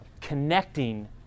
connecting